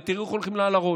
ותראו איך הולכים לה על הראש.